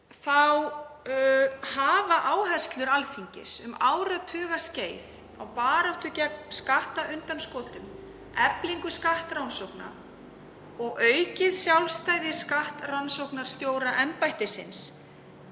þá hafa áherslur Alþingis um áratugaskeið á baráttu gegn skattundanskotum, eflingu skattrannsókna og aukið sjálfstæði skattrannsóknarstjóraembættisins